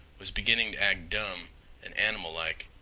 was beginning to act dumb and animal-like.